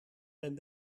zijn